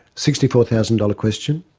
sixty four thousand dollars question.